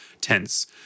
tense